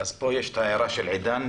אז פה יש את ההערה של עידן.